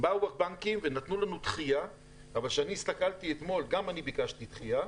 באו הבנקים ונתנו לנו דחייה, גם אני ביקשתי דחייה,